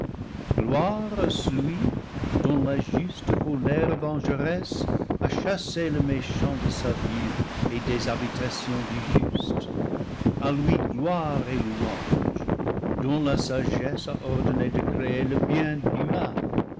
gloire à celui dont la juste colère vengeresse a chassé le méchant de sa vue et des habita tions du juste a lui gloire et louange dont la sagesse a or donné de créer le bien du mal